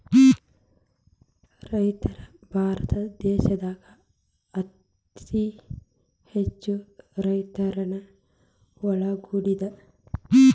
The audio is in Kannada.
ರೈತ ಭಾರತ ದೇಶದಾಗ ಅತೇ ಹೆಚ್ಚು ರೈತರನ್ನ ಒಳಗೊಂಡಿದೆ